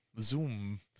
zoom